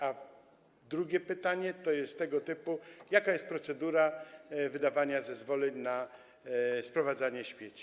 A drugie pytanie jest tego typu: Jaka jest procedura wydawania zezwoleń na sprowadzanie śmieci?